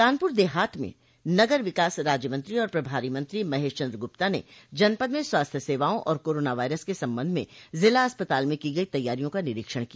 कानपुर देहात में नगर विकास राज्यमंत्री और प्रभारी मंत्री महेश चन्द्र गुप्ता ने जनपद में स्वास्थ्य सेवाओं और कोरोना वायरस के संबध में ज़िला अस्पताल में की गई तैयारियों का निरीक्षण किया